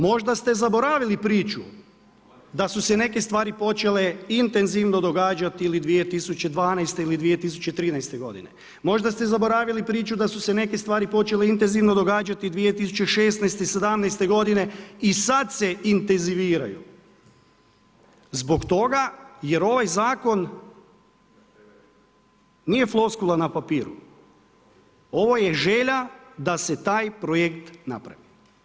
Možda ste zaboravili priču da su se neke stvari počeče intenzivno događati ili 2012. ili 2013. g., možda ste zaboravili da su se neke stvari počele intenzivno događati 2016., 2017. g., i sad se intenziviraju zbog toga jer ovaj zakon nije floskula na papiru, ovo je želja da se taj projekt napravi.